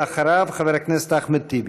אחריו, חבר הכנסת אחמד טיבי.